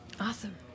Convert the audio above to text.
Awesome